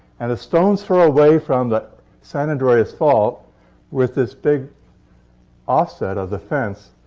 and a stone's throw away from the san andreas fault with this big offset of the fence.